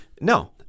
No